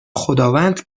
خداوند